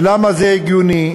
ולמה זה הגיוני,